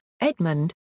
Edmund